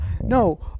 no